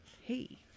Hey